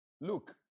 Look